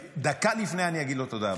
דקה לפני אני אגיד לו תודה רבה.